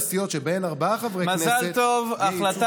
ולסיעות שבהן ארבעה חברי כנסת יהיה ייצוג של חבר אחד בוועדה.